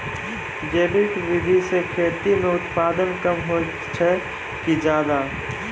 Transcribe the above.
जैविक विधि से खेती म उत्पादन कम होय छै कि ज्यादा?